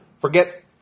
forget